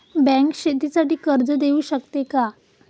Bank शेतीसाठी कर्ज देऊ शकते का?